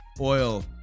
oil